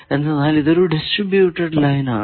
എന്തെന്നാൽ ഇത് ഒരു ഡിസ്ട്രിബൂറ്റഡ് ലൈൻ ആണ്